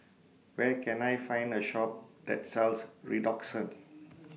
Where Can I Find A Shop that sells Redoxon